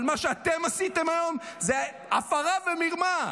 אבל מה שאתם עשיתם היום זו הפרה ומרמה,